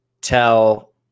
tell –